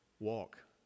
walk